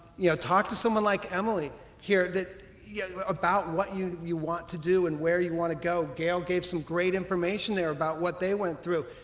you know talk to someone like emily here yeah about what you you want to do and where you want to go. gail gave some great information there about what they went through.